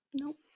Nope